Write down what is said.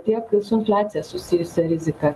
tiek su infliacija susijusią riziką